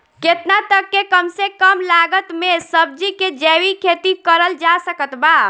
केतना तक के कम से कम लागत मे सब्जी के जैविक खेती करल जा सकत बा?